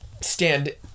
stand